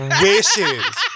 wishes